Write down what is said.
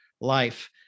life